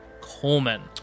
Coleman